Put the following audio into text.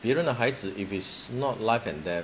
别人的孩子 if is not life and death